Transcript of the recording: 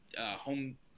home